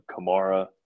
Kamara